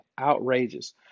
Outrageous